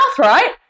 right